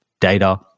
data